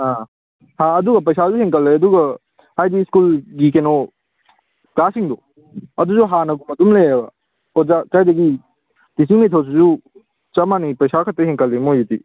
ꯑꯥ ꯑꯗꯨ ꯄꯩꯁꯥꯁꯨ ꯍꯦꯟꯒꯠꯂꯦ ꯑꯗꯨꯒ ꯍꯥꯏꯗꯤ ꯁ꯭ꯀꯨꯜꯒꯤ ꯀꯩꯅꯣ ꯀ꯭ꯂꯥꯁꯁꯤꯡꯗꯣ ꯑꯗꯨꯁꯨ ꯍꯥꯟꯅꯒꯨꯝꯅ ꯑꯗꯨꯝ ꯂꯩꯌꯦꯕ ꯑꯣꯖꯥ ꯀꯥꯏꯗꯒꯤ ꯇꯤꯆꯤꯡ ꯃꯦꯊꯠꯇꯨꯁꯨ ꯆꯞ ꯃꯥꯟꯅꯩ ꯄꯩꯁꯥ ꯈꯇ ꯍꯦꯟꯒꯠꯂꯦ ꯃꯣꯏꯁꯤꯗꯤ